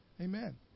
Amen